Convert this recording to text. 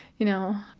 you know,